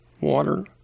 water